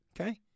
Okay